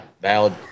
valid